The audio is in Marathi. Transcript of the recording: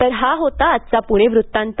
तर हा होता आजचा पुणे वृत्तांत